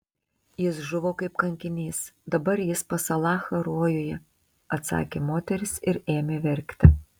jis žuvo kaip kankinys dabar jis pas alachą rojuje atsakė moteris ir ėmė verkti